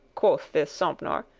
quoth this sompnour,